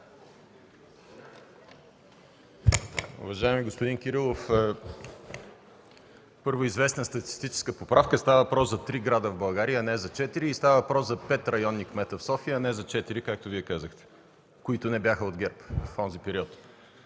Уважаеми господин Кирилов, първо, известна статистическа поправка. Става въпрос за три града в България, а не за четири, и става въпрос за 5 районни кмета в София, а не за четири, както Вие казахте, които не бяха от ГЕРБ в онзи период.